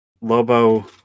Lobo